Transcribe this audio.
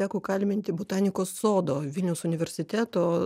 teko kalbinti botanikos sodo vilniaus universiteto